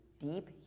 deep